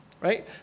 Right